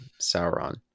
Sauron